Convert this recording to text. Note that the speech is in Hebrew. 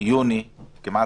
עברו כמעט